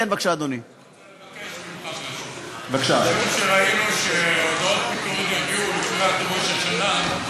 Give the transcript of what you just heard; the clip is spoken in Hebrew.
אני רוצה לבקש ממך משהו: ראינו שהודעות פיטורים יגיעו לקראת ראש השנה.